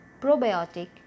probiotic